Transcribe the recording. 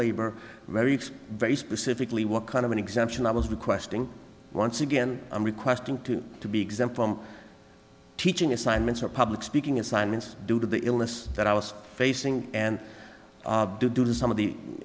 labor very very specifically what kind of an exemption i was requesting once again i'm requesting to to be exempt from teaching assignments or public speaking assignments due to the illness that i was facing and do due to some of the